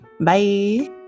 Bye